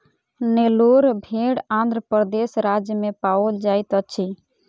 नेल्लोर भेड़ आंध्र प्रदेश राज्य में पाओल जाइत अछि